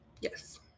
Yes